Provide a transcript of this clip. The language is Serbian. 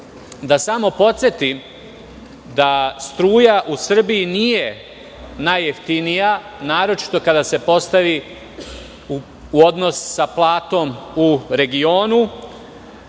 Samo bih podsetio da struja u Srbiji nije najjeftinija, naročito kada se postavi u odnos sa platom u regionu.